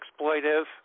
exploitive